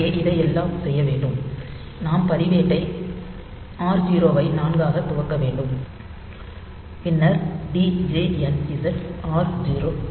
இங்கே இதை எல்லாம் செய்ய வேண்டும் நாம் பதிவேட்டை R0 ஐ 4 ஆக துவக்க வேண்டும் பின்னர் djnz R 0 loop